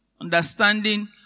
Understanding